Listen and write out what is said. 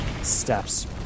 steps